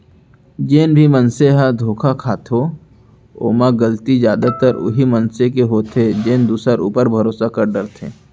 जेन भी मनसे ह धोखा खाथो ओमा गलती जादातर उहीं मनसे के होथे जेन दूसर ऊपर भरोसा कर डरथे